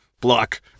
block